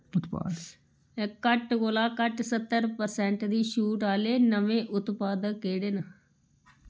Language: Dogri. घट्ट कोला घट्ट सत्तर पर्सेंट दी छूट आह्ले नमें उत्पाद केह्ड़े न